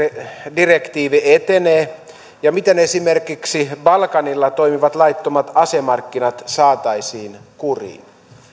direktiivi etenee ja miten esimerkiksi balkanilla toimivat laittomat asemarkkinat saataisiin kuriin